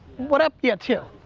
what up? ya, two.